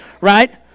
right